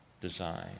design